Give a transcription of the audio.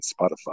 Spotify